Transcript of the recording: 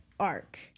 Arc